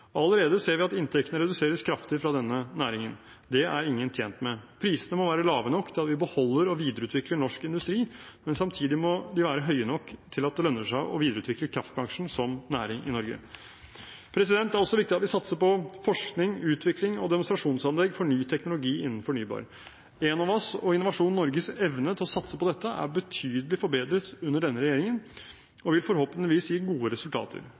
Allerede ser vi at inntektene reduseres kraftig for denne næringen. Det er ingen tjent med. Prisene må være lave nok til at vi beholder og videreutvikler norsk industri, men samtidig må de være høye nok til at det lønner seg å videreutvikle kraftbransjen som næring i Norge. Det er også viktig at vi satser på forskning, utvikling og demonstrasjonsanlegg for ny teknologi innen fornybar energi. Enovas og Innovasjon Norges evne til å satse på dette er betydelig forbedret under denne regjeringen, og det vil forhåpentligvis gi gode resultater.